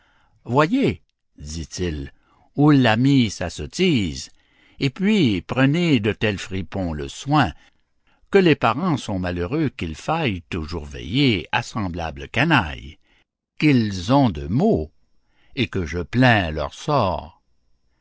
voyez dit-il où l'a mis sa sottise et puis prenez de tels fripons le soin que les parents sont malheureux qu'il faille toujours veiller à semblable canaille qu'ils ont de maux et que je plains leur sort